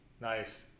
Nice